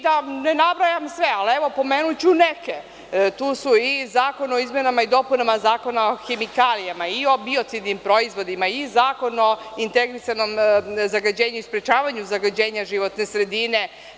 Da ne nabrajam sve, ali ovo pomenuću neke, tu su i Zakon o izmenama i dopunama Zakona o hemikalijama i o biocidnim proizvodima i Zakon o integrisanom zagađivanju i sprečavanju zagađenja životne sredine.